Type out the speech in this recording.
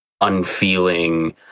unfeeling